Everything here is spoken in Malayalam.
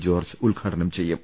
ജോർജ്ജ് ഉദ്ഘാടനം ചെയ്യും